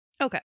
Okay